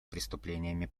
преступлениями